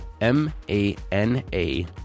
M-A-N-A